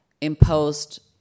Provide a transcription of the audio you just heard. imposed